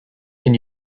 can